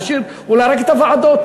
להשאיר אולי רק את הוועדות.